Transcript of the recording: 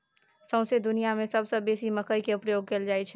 सौंसे दुनियाँ मे सबसँ बेसी मकइ केर प्रयोग कयल जाइ छै